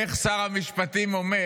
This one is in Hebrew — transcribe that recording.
איך שר המשפטים אומר,